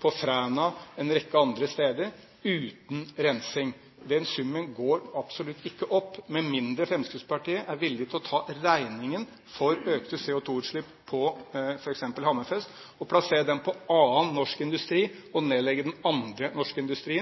Fræna eller en rekke andre steder, uten rensing. Den summen går absolutt ikke opp med mindre Fremskrittspartiet er villig til å ta regningen for økte CO2-utslipp i f.eks. Hammerfest og plassere den på annen norsk industri, nedlegge annen norsk industri,